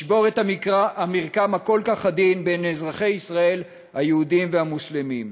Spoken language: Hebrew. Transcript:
לשבור את המרקם הכל-כך עדין בין אזרחי ישראל היהודים והמוסלמים.